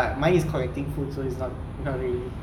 but mine is collecting food so it's not not really at most you just come